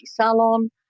salon